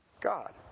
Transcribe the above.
God